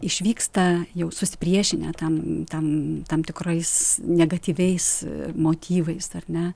išvyksta jau susipriešinę tam tam tam tikrais negatyviais motyvais ar ne